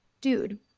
dude